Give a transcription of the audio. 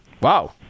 wow